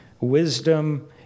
wisdom